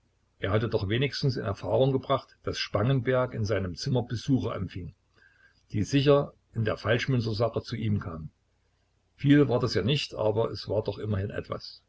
er hatte doch wenigstens in erfahrung gebracht daß spangenberg in seinem zimmer besucher empfing die sicher in der falschmünzersache zu ihm kamen viel war das ja nicht aber es war doch immerhin etwas